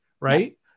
right